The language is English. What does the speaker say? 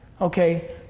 Okay